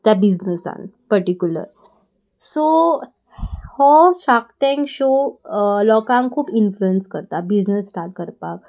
त्या बिजनसांत पर्टिक्युलर सो हो शार्क टँक शो लोकांक खूब इन्फ्लुयन्स करता बिजनस स्टार्ट करपाक